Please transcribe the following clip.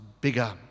bigger